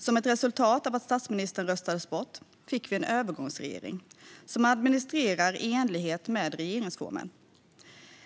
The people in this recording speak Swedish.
Som ett resultat av att statsministern röstades bort fick vi en övergångsregering som administrerar i enlighet med regeringsformen.